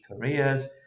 careers